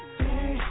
day